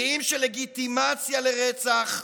שיאים של לגיטימציה לרצח,